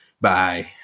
Bye